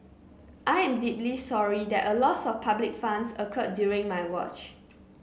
I am deeply sorry that a loss of public funds occurred during my watch